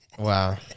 Wow